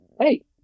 Hey